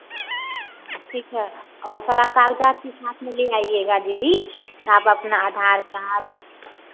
हाँ ठीक है और सारा कागज़ात भी साथ में ले आइएगा दीदी आप अपना आधार कार्ड